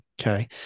Okay